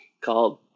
called